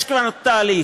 יש כאן תהליך.